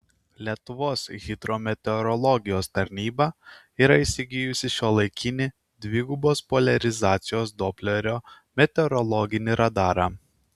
lietuvos hidrometeorologijos tarnyba yra įsigijusi šiuolaikinį dvigubos poliarizacijos doplerio meteorologinį radarą